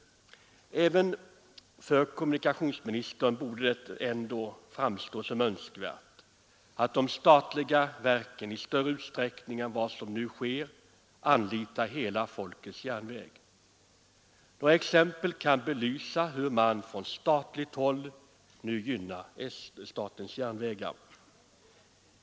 Även för kommunikationsministern borde det väl ändå framstå som önskvärt att de statliga verken i större utsträckning än vad som nu sker anlitar ”hela folkets järnväg”. Några exempel kan belysa hur man från statligt håll nu utnyttjar statens järnvägar.